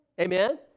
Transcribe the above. amen